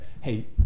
hey